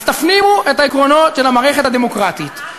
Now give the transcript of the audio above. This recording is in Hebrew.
אז תפנימו את העקרונות של המערכת הדמוקרטית,